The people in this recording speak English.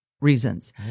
reasons